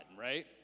right